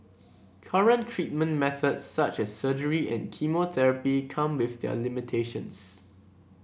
current treatment methods such as surgery and chemotherapy come with their limitations